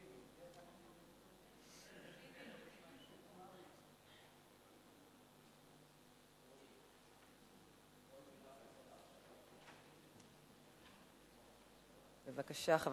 בבקשה, חבר